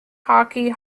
hockey